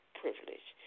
privilege